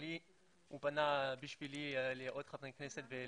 הדבר האחרון שרציתי להגיד